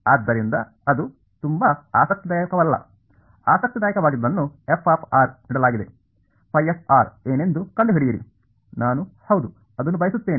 ಆದ್ದರಿಂದ ಅದು ತುಂಬಾ ಆಸಕ್ತಿದಾಯಕವಲ್ಲ ಆಸಕ್ತಿದಾಯಕವಾದದ್ದನ್ನು f ನೀಡಲಾಗಿದೆ ಏನೆಂದು ಕಂಡುಹಿಡಿಯಿರಿ ನಾನು ಹೌದು ಅದನ್ನು ಬಯಸುತ್ತೇನೆ